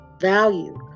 value